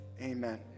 Amen